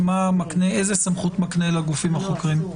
איזו סמכות חוק נתוני תקשורת מקנה לגופים החוקרים?